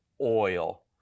oil